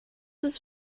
was